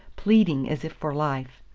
pleading as if for life.